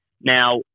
Now